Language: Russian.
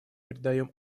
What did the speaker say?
придаем